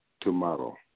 tomorrow